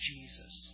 Jesus